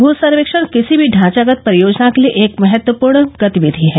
भू सर्वेक्षण किसी भी ढांचागत परियोजना के लिए एक महत्वपूर्ण गतिविधि है